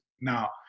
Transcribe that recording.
Now